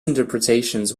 interpretations